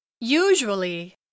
Usually